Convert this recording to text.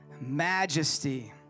Majesty